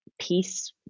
peace